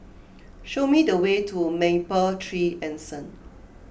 show me the way to Mapletree Anson